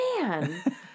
Man